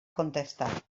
contestar